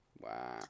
Wow